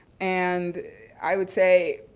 and i would say,